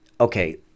okay